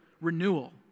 renewal